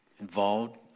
involved